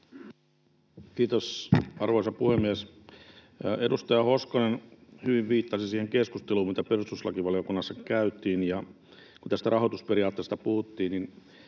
Kiitos, arvoisa puhemies! Edustaja Hoskonen hyvin viittasi siihen keskusteluun, mitä perustuslakivaliokunnassa käytiin. Kun tästä rahoitusperiaatteesta puhuttiin, niin